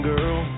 Girl